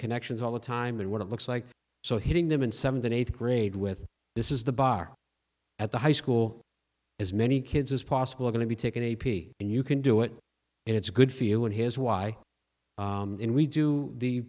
connections all the time and what it looks like so hitting them in seventh and eighth grade with this is the bar at the high school as many kids as possible are going to be taken a p and you can do it and it's good for you and here's why when we do the